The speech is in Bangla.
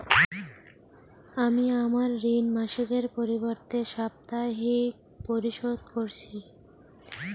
আমি আমার ঋণ মাসিকের পরিবর্তে সাপ্তাহিক পরিশোধ করছি